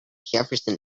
jefferson